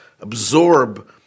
absorb